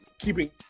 keeping